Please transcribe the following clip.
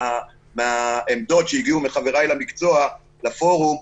מהעמדות שהגיעו מחבריי למקצוע לפורום,